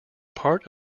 part